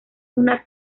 una